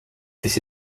this